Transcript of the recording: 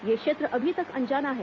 ये क्षेत्र अभी तक अनजाना है